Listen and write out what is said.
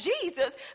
Jesus